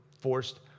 forced